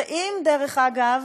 ואם, דרך אגב,